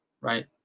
right